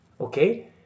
okay